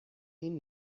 این